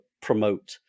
promote